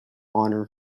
honor